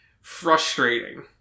frustrating